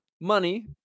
money